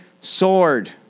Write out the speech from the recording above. sword